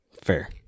Fair